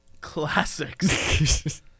Classics